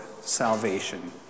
salvation